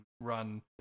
run